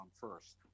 first